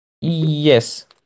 Yes